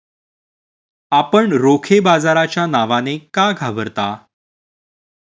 आपण रोखे बाजाराच्या नावाने का घाबरता?